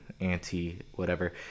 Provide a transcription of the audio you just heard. Anti-Whatever